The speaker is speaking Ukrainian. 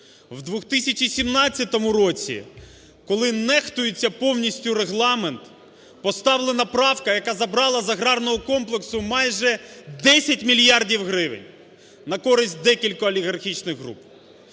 В 2017 році, коли нехтується повністю Регламент, поставлена правка, яка забрала з аграрного комплексу майже 10 мільярдів гривень на користь декількох олігархічних груп.